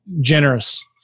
generous